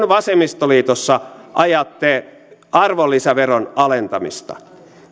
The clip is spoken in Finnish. vasemmistoliitossa ajatte arvonlisäveron alentamista